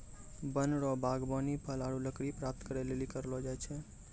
वन रो वागबानी फल आरु लकड़ी प्राप्त करै लेली करलो जाय छै